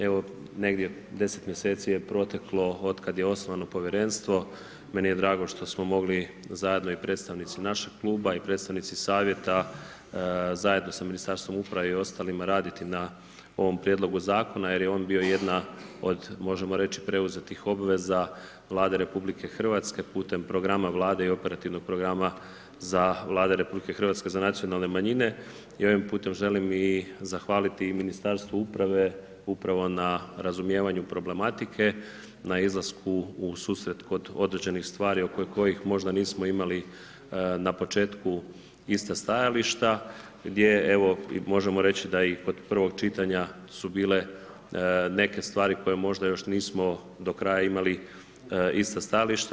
Evo, negdje 10 mjeseci je proteklo od kad je osnovano povjerenstvo, meni je drago što smo mogli, zajedno i predstavnici našeg kluba i predstavnici savjeta, zajedno sa Ministarstvom uprave i ostalima raditi na ovom prijedlogu zakona jer je on bio jedna od možemo reći preuzetih obveza Vlade RH putem programa Vlade i operativnog programa Vlade RH za nacionalne manjine i ovim putem želim i zahvaliti i Ministarstvu uprave upravo na razumijevanju problematike, na izlasku u susret kod određenih stvari oko kojih možda nismo imali na početku ista stajališta gdje evo, možemo reći i kod prvog čitanja su bile neke stvari koje možda još nismo do kraja imali ista stajališta.